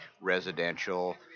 residential